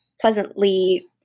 pleasantly